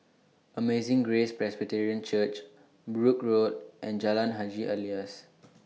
Amazing Grace Presbyterian Church Brooke Road and Jalan Haji Alias